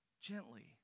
Gently